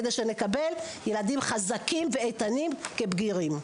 כדי שנקבל ילדים חזקים ואיתנים כבגירים.